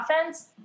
offense